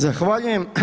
Zahvaljujem.